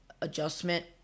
adjustment